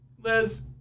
Liz